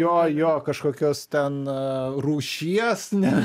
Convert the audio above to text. jo jo kažkokios ten rūšies ne